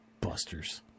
Busters